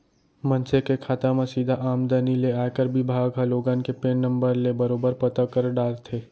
मनसे के खाता म सीधा आमदनी ले आयकर बिभाग ह लोगन के पेन नंबर ले बरोबर पता कर डारथे